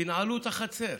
תנעלו את החצר.